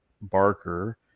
Barker